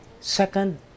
Second